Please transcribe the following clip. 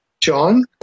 john